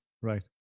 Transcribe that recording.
right